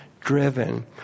driven